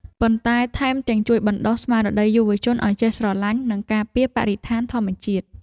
ប៉ុន្តែថែមទាំងជួយបណ្ដុះស្មារតីយុវជនឱ្យចេះស្រឡាញ់ និងការពារបរិស្ថានធម្មជាតិ។